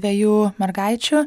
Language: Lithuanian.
dviejų mergaičių